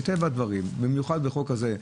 מטבע הדברים, במיוחד בחוק כזה,